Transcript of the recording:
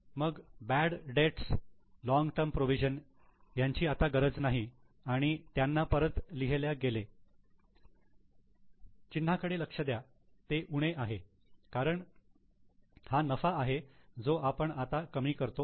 मग bad debts long term provision यांची आता गरज नाही आणि त्यांना परत लिहिल्या गेले चिन्हा कडे लक्ष द्या ते उणे आहे कारण पण हा नफा आहे जो आपण आता कमी करतो आहोत